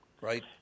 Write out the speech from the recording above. right